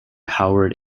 howard